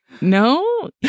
No